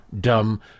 dumb